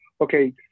okay